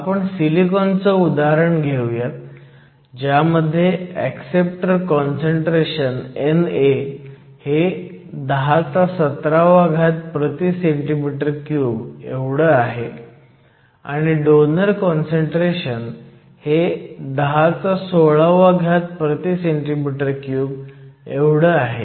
आपण सिलिकॉनचं उदाहरण घेऊयात ज्यामध्ये ऍक्सेप्टर काँसंट्रेशन NA हे 1017 cm 3 आहे आणि डोनर काँसंट्रेशन हे 1016 cm 3 आहे